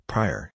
Prior